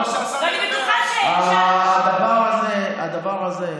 הדבר הזה,